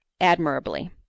admirably